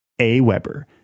AWeber